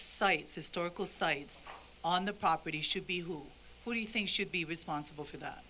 sites historical sites on the property should be who do you think should be responsible for